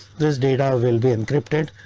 this data will be encrypted,